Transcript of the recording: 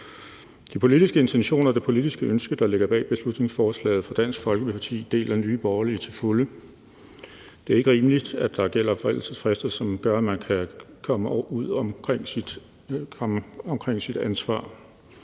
De politiske intentioner og det politiske ønske, der ligger bag beslutningsforslaget fra Dansk Folkeparti, deler Nye Borgerlige til fulde. Det er ikke rimeligt, at der gælder en forældelsesfrist, der gør, at man kan komme uden om sit ansvar,